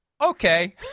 okay